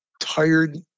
tired